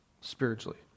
spiritually